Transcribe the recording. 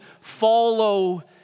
follow